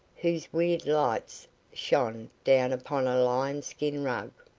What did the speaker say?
whose weird lights shone down upon a lion-skin rug.